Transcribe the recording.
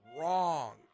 Wrong